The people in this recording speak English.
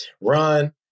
run